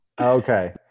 Okay